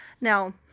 Now